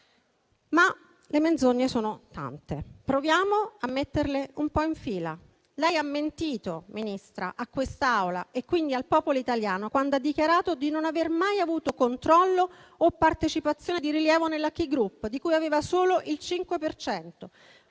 Ma le menzogne sono tante. Proviamo a metterle un po' in fila. Lei ha mentito, Ministra, a quest'Aula e quindi al popolo italiano, quando ha dichiarato di non aver mai avuto controllo o partecipazione di rilievo nella Ki Group, di cui aveva solo il 5